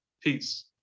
peace